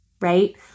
right